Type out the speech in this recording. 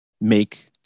make